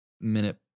minute